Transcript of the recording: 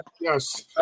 Yes